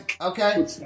okay